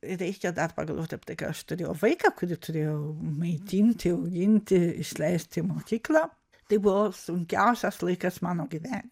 reikia dar pagalvot apie tai kad aš turėjau vaiką kurį turėjau maitinti auginti išleisti į mokyklą tai buvo sunkiausias laikas mano gyvenime